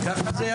14:30.